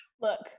look